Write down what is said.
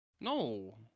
No